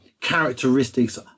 characteristics